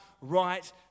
right